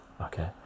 okay